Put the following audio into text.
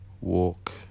walk